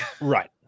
Right